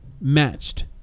matched